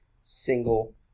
single